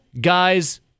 guy's